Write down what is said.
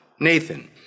Nathan